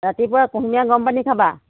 ৰাতিপুৱা কোহোমীয়া গৰম পানী খাবা